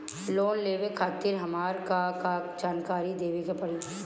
Loan लेवे खातिर हमार का का जानकारी देवे के पड़ी?